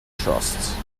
trusts